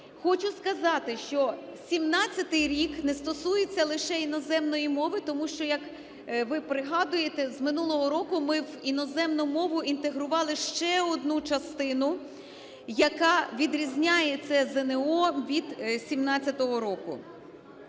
Хочу сказати, що 2017 рік не стосується лише іноземної мови, тому що, як ви пригадуєте, з минулого року ми в іноземну мову інтегрували ще одну частину, яка відрізняє це ЗНО від 2017 року.